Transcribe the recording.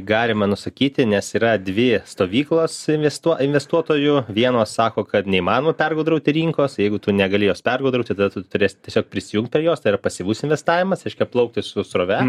galima nusakyti nes yra dvi stovyklos investuo investuotojų vienos sako kad neįmanoma pergudrauti rinkos jeigu tu negali jos pergudrauti tada tu turėsi tiesiog prisijungt prie jos tai yra pasyvus investavimas reiškia plaukti su srove